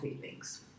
feelings